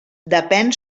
depèn